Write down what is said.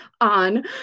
on